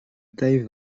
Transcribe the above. taille